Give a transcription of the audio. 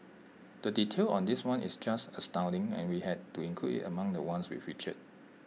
the detail on this one is just astounding and we had to include IT among the ones we featured